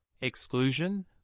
exclusion